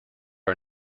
are